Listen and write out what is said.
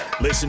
Listen